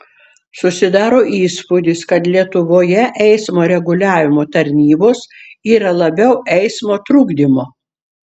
susidaro įspūdis kad lietuvoje eismo reguliavimo tarnybos yra labiau eismo trukdymo